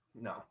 No